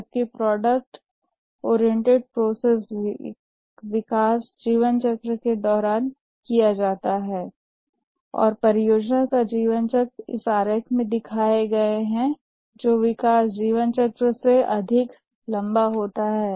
जबकि product oriented process विकास जीवनचक्र के दौरान किया जाता है और परियोजना का जीवनचक्र इस आरेख में दिखाए गए विकास जीवनचक्र से अधिक लंबा होता है